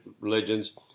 religions